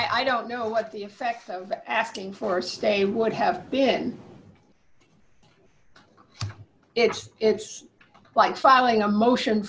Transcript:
i don't know what the effect of asking for stay would have then it's it's like filing a motion